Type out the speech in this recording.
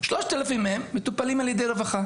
3,000 מהם מטופלים על ידי רווחה.